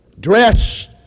dressed